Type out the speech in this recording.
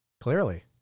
Clearly